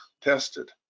tested